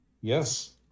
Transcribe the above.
Yes